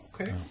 Okay